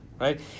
right